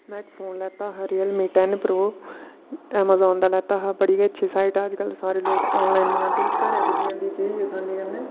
में इक्क फोन लैता हा Realme ten pro Amazon दा लैता हा बड़ी गै अच्छी साईट ऐ अजकल सारे लोग ऑनलाइन मगांदे घरै पुज्जी जंदी चीज़ असानी कन्नै